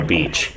Beach